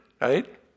right